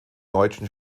deutschen